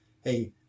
Hey